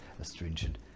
astringent